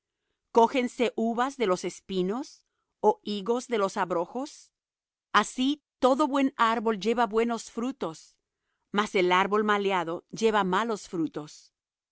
cógense uvas de los espinos ó higos de los abrojos así todo buen árbol lleva buenos frutos mas el árbol maleado lleva malos frutos